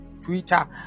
Twitter